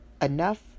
Enough